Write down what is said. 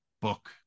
book